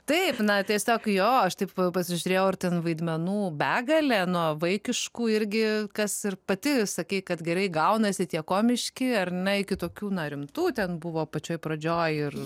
taip na tiesiog jo aš taip pasižiūrėjau ir ten vaidmenų begalė nuo vaikiškų irgi kas ir pati sakei kad gerai gaunasi tie komiški ar ne iki tokių na rimtų ten buvo pačioj pradžioj